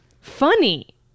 funny